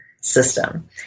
system